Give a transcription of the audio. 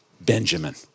Benjamin